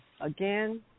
again